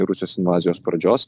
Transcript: rusijos invazijos pradžios